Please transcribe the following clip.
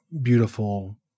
beautiful